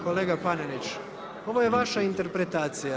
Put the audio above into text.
Kolega Panenić, ovo je vaša interpretacija.